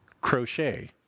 crochet